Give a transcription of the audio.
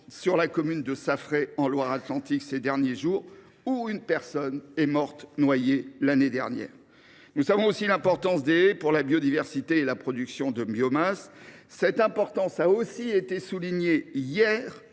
dans la commune de Saffré en Loire Atlantique, où une personne est déjà morte noyée l’année dernière. Nous savons aussi l’importance des haies pour la biodiversité et la production de biomasse. Cette importance a été soulignée hier